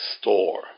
store